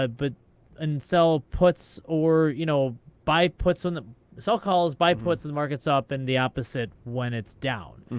ah but and sell puts or you know buy puts when the sell calls buy puts when the market's up and the opposite when it's down.